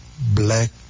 black